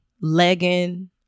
legging